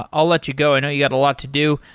i'll let you go. i know you got a lot to do.